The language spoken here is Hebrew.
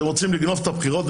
אתם רוצים לגנוב את הבחירות?